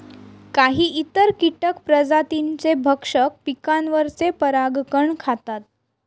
काही इतर कीटक प्रजातींचे भक्षक पिकांवरचे परागकण खातात